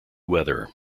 weather